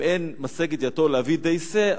אם אין משגת ידו להביא די שה,